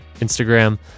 Instagram